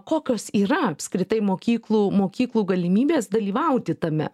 kokios yra apskritai mokyklų mokyklų galimybės dalyvauti tame